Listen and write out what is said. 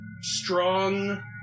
strong